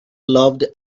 loved